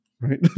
right